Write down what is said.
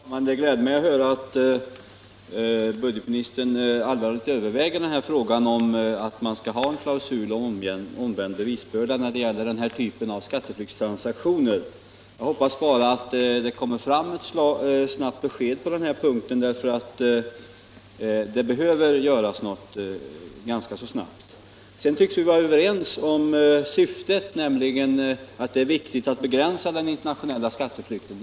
Herr talman! Det gläder mig att höra att budgetministern allvarligt överväger frågan huruvida vi skall ha en klausul om omvänd bevisbörda när det gäller den här typen av skatteflyktstransaktioner. Jag hoppas bara att det snabbt kommer fram ett besked på den här punkten. Det behöver göras något ganska snabbt. Sedan tycks vi vara överens om syftet, nämligen att det är viktigt att begränsa den internationella skatteflykten.